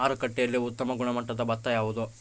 ಮಾರುಕಟ್ಟೆಯಲ್ಲಿ ಉತ್ತಮ ಗುಣಮಟ್ಟದ ಭತ್ತ ಯಾವುದು?